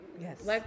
Yes